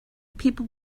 people